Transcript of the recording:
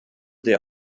der